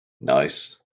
Nice